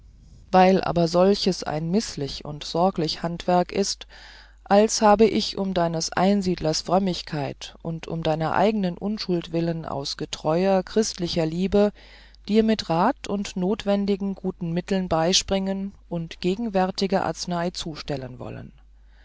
weil aber solches ein mißlich und sorglich handwerk ist als habe ich um deines einsiedlers frömmigkeit und um deiner eignen unschuld willen aus getreuer christlicher liebe dir mit rat und notwendigen guten mitteln beispringen und gegenwärtige arznei zustellen wollen